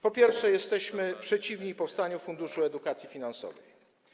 Po pierwsze, jesteśmy przeciwni powstaniu Funduszu Edukacji Finansowej.